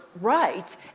right